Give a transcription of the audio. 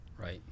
Right